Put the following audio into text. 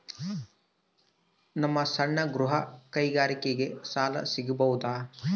ನಮ್ಮ ಸಣ್ಣ ಗೃಹ ಕೈಗಾರಿಕೆಗೆ ಸಾಲ ಸಿಗಬಹುದಾ?